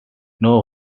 now